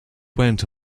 went